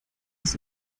das